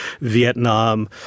Vietnam